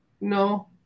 No